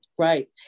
Right